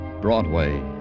Broadway